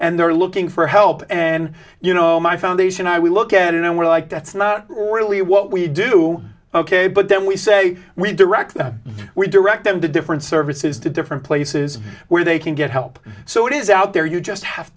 and they're looking for help and you know my foundation i we look at it and we're like that's not really what we do ok but then we say we direct we direct them to different services to different places where they can get help so it is out there you just have